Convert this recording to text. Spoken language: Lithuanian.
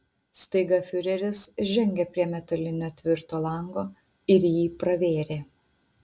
staiga fiureris žengė prie metalinio tvirto lango ir jį pravėrė